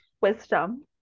Wisdom